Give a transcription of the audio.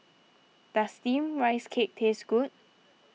does Steamed Rice Cake taste good